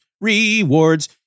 Rewards